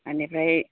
आनिफ्राय